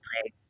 play